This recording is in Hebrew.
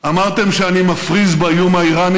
אמרתם שאני מפריז באיום האיראני